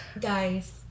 guys